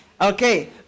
Okay